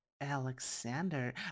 Alexander